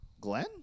Glenn